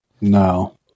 No